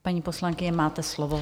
Paní poslankyně, máte slovo.